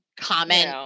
comment